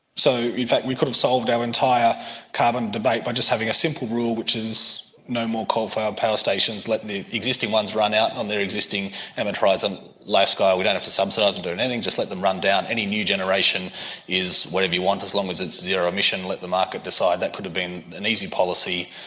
so in fact we could have solved our entire carbon debate by just having a simple rule, which is no more coal-fired power stations, let the existing ones run out on their existing amortize and lifestyle, we don't have to subsidise them or do and anything, just let them run down. any new generation is whatever you want, as long as it's zero emission, let the market decide. that could have been an easy policy,